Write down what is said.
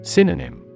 Synonym